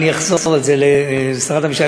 אני אחזור על זה בפני שרת המשפטים.